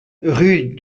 rue